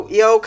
yo